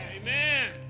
Amen